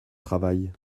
travail